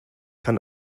kann